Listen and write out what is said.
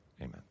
Amen